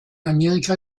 amerika